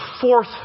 fourth